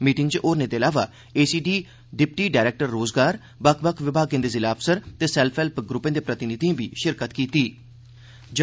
meeting च होरने दे इलावा एसीडी डिप्टी डायरेक्टर रोजगार बक्ख बक्ख विभागें दे ज़िला अफसर ते सैल्फ हैल्प ग्रुपें दे प्रतिनिधि बी षामल हे